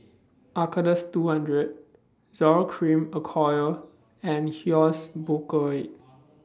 Acardust two hundred Zoral Cream Acyclovir and Hyoscine